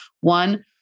one